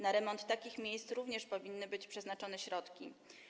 Na remont takich miejsc również powinny być przeznaczone środki.